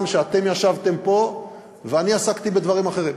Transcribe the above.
שאתם ישבתם פה ואני עסקתי בדברים אחרים.